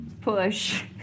push